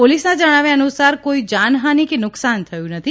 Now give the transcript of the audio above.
પોલીસના જણાવ્યા અનુસાર કોઇ જાનહાની કે નુકસાન થયું નથી